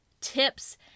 tips